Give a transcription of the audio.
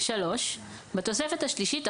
בתוספת השלישית,